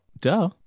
duh